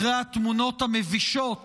אחרי התמונות המבישות